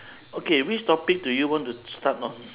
okay which topic do you want to start off